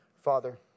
Father